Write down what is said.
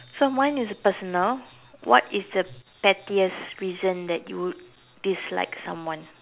so mine is personal what is the pettiest reason that you would dislike someone